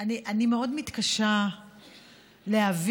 אני מאוד מתקשה להבין